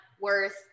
worth